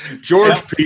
George